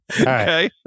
Okay